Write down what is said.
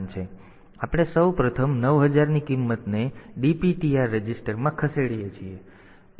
તેથી આપણે સૌ પ્રથમ 9000 ની કિંમત ને dptr રજિસ્ટરમાં ખસેડીએ છીએ